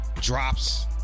drops